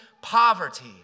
poverty